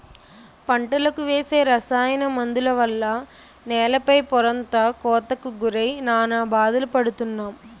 పంటలకు వేసే రసాయన మందుల వల్ల నేల పై పొరంతా కోతకు గురై నానా బాధలు పడుతున్నాం